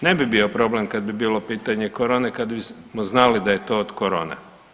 Ne bi bio problem kada bi bilo pitanje korone kada bismo znali da je to od korone.